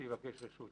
שיבקש רשות.